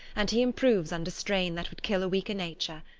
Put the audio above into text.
and he improves under strain that would kill a weaker nature.